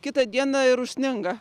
kitą dieną ir užsninga